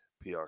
pr